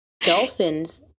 dolphins